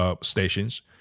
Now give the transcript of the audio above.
stations